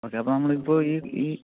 okay അപ്പോൾ നമ്മള് ഇപ്പോൾ ഈ ഈ